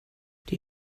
die